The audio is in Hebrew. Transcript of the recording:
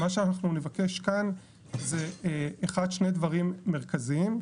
מה שאנחנו נבקש כאן זה שני דברים מרכזיים,